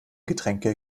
getränke